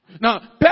Now